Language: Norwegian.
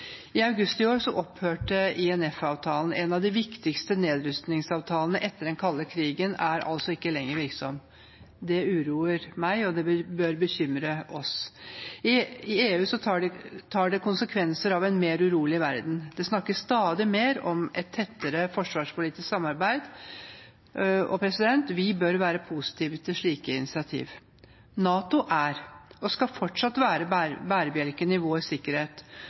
I august i år opphørte INF-avtalen. En av de viktigste nedrustningsavtalene etter den kalde krigen er altså ikke lenger virksom. Det uroer meg, og det bør bekymre oss. I EU tar man konsekvensen av en mer urolig verden. Det snakkes stadig mer om et tettere forsvarspolitisk samarbeid, og vi bør være positive til slike initiativ. NATO er og skal fortsatt være bærebjelken i vår sikkerhet.